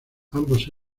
ambos